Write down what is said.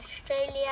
Australia